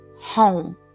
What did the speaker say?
home